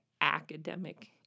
academic